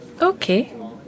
Okay